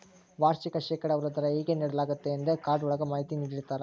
ವಾರ್ಷಿಕ ಶೇಕಡಾವಾರು ದರ ಹೇಗೆ ನೀಡಲಾಗ್ತತೆ ಎಂದೇ ಕಾರ್ಡ್ ಒಳಗ ಮಾಹಿತಿ ನೀಡಿರ್ತರ